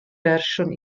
fersiwn